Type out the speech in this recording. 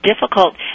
Difficult